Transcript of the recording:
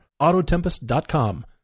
AutoTempest.com